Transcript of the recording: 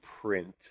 print